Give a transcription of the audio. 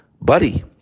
buddy